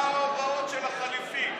מה ההודעות של החליפי?